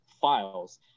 files